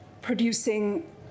producing